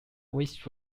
which